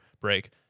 break